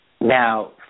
Now